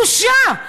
בושה,